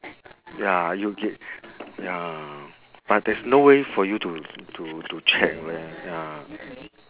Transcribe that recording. ya you ya but there's no way for you to to to check leh ya